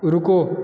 रुको